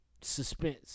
suspense